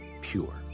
pure